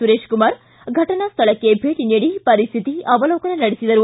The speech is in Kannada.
ಸುರೇಶ್ಕುಮಾರ್ ಫಟನಾ ಸ್ವಳಕ್ಕೆ ಭೇಟಿ ನೀಡಿ ಪರಿಸ್ಲಿತಿ ಅವಲೋಕನ ನಡೆಸಿದರು